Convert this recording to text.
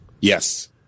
Yes